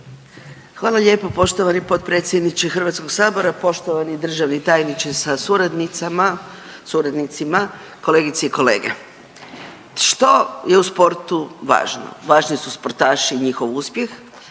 Hvala lijepo. Poštovani potpredsjedniče HS-a, poštovani državni tajniče sa suradnicima, suradnicima, kolegice i kolege. Što je u sportu važno? Važni su sportaši i njihov uspjeh,